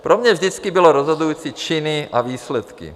Pro mě vždycky byly rozhodující činy a výsledky.